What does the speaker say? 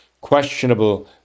Questionable